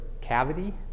cavity